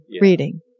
reading